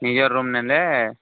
ନିଜର୍ ରୁମ୍ ନେଲେ